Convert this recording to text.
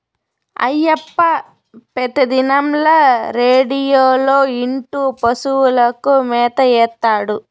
అయ్యప్ప పెతిదినంల రేడియోలో ఇంటూ పశువులకు మేత ఏత్తాడు